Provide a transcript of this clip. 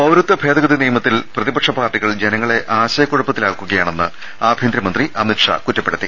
പൌരത്വ ഭേദഗതി നിയമത്തിൽ പ്രതിപക്ഷ പാർട്ടികൾ ജനങ്ങളെ ആശ യക്കുഴപ്പത്തിലാക്കുകയാണെന്ന് ആഭ്യന്തരമന്ത്രി അമിത്ഷാ കുറ്റപ്പെടുത്തി